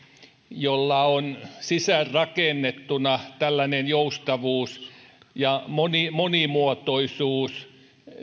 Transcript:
jolla on sisäänrakennettuna tällainen joustavuus ja monimuotoisuus